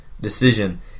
decision